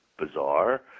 bizarre